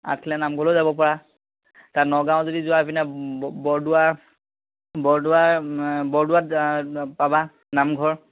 আঠখেলীয়া নামঘৰলৈও যাব পাৰা তাত নগাঁৱত যদি যোৱা এইপিনে বৰদোৱা বৰদোৱা বৰদোৱাত পাবা নামঘৰ